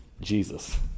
Jesus